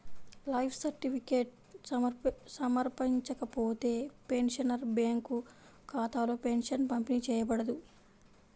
life certificate సమర్పించకపోతే, pensioner bank ఖాతాలో pension పంపిణీ చేయబడదు